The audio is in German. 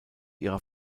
ihrer